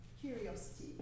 curiosity